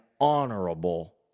honorable